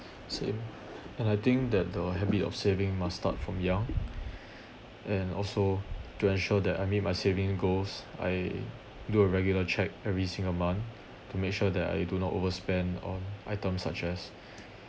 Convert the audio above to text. same and I think that the habit of saving must start from young and also to ensure that I meet my saving goals I do a regular check every single month to make sure that I do not overspent on items such as